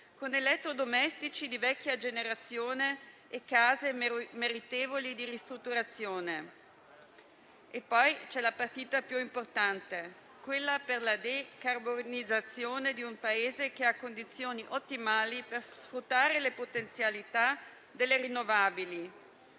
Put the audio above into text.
con elettrodomestici di vecchia generazione e case meritevoli di ristrutturazione. C'è, poi, la partita più importante, quella per la decarbonizzazione di un Paese che ha condizioni ottimali per sfruttare le potenzialità delle rinnovabili.